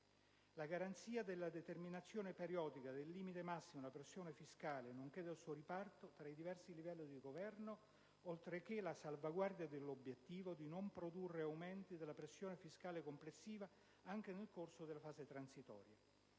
la garanzia della «determinazione periodica del limite massimo della pressione fiscale nonché del suo riparto tra i diversi livelli di governo», oltreché la salvaguardia «dell'obiettivo di non produrre aumenti della pressione fiscale complessiva anche nel corso della fase transitoria».